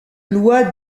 loi